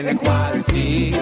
equality